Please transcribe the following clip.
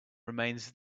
remains